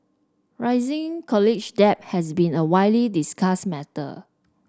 rising college debt has been a widely discussed matter